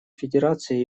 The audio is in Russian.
федерации